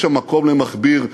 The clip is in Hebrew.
יש שם מקום למכביר,